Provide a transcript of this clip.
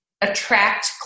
attract